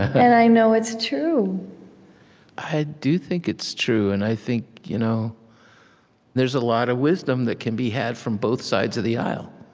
and i know it's true i do think it's true, and i think you know there's a lot of wisdom that can be had from both sides of the aisle,